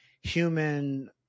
human